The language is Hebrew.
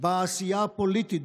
בעשייה הפוליטית,